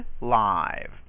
live